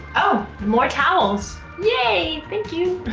oh! more towels. yay! thank you.